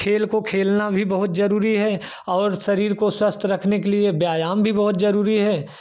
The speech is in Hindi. खेल को खेलना भी बहुत ज़रूरी है और शरीर को स्वस्थ रखने के लिए व्यायाम भी बहुत ज़रूरी है